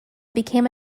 became